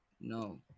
No